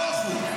בבקשה?